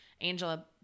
Angela